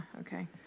okay